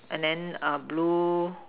and then uh blue